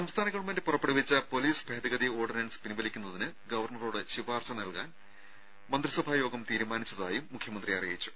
സംസ്ഥാന ഗവൺമെന്റ് പുറപ്പെടുവിച്ച പൊലീസ് ഭേദഗതി ഓർഡിനൻസ് പിൻവലിക്കുന്നതിന് ഗവർണറോട് ശുപാർശ ചെയ്യാൻ മന്ത്രിസഭാ യോഗം തീരുമാനിച്ചതായും മുഖ്യമന്ത്രി അറിയിച്ചു